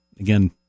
Again